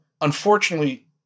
unfortunately